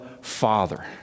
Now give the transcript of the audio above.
Father